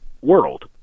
world